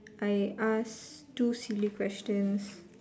I asked two silly questions